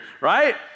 right